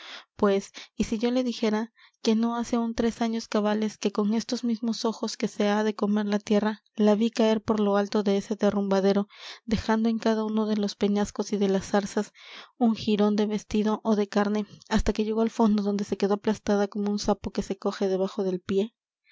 pues y si yo le dijera que no hace aún tres años cabales que con estos mismos ojos que se ha de comer la tierra la vi caer por lo alto de ese derrumbadero dejando en cada uno de los peñascos y de las zarzas un jirón de vestido ó de carne hasta que llegó al fondo donde se quedó aplastada como un sapo que se coge debajo del pie